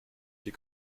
die